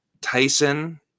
Tyson